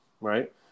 right